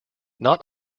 not